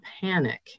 panic